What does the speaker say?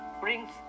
brings